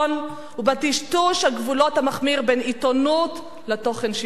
ובטשטוש הגבולות המחמיר בין עיתונות לתוכן שיווקי.